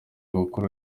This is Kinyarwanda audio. gukora